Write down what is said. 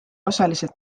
osaliselt